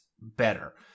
better